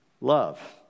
love